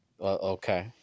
Okay